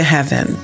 Heaven